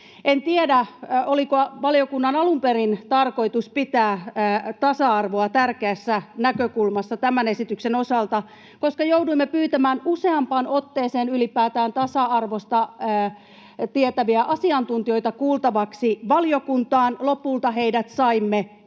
En tiedä, oliko valiokunnan alun perin tarkoitus pitää tasa-arvoa tärkeässä näkökulmassa tämän esityksen osalta, koska jouduimme pyytämään useampaan otteeseen ylipäätään tasa-arvosta tietäviä asiantuntijoita kuultavaksi valiokuntaan. Lopulta heidät saimme kirjallisesti.